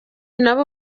nabo